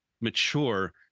mature